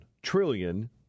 trillion